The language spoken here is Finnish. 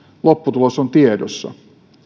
lopputulos on tiedossa